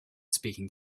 speaking